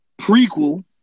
prequel